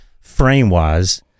frame-wise